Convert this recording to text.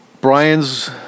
Brian's